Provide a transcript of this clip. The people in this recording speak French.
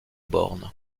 bornes